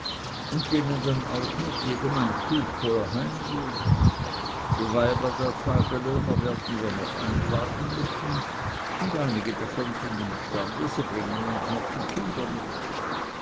und denen dann auch noch jedem ein tuch voll heimgeben die weiber der tagelöhner werden wir noch einladen müssen und einige davon sind imstande sie bringen uns noch die kinder mit